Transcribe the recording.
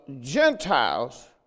Gentiles